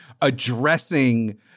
addressing